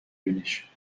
ببینیش